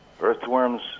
earthworms